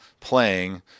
playing